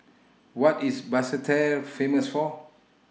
What IS Basseterre Famous For